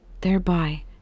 Thereby